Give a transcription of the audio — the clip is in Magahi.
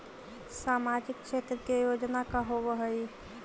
सामाजिक क्षेत्र के योजना का होव हइ?